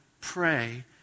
pray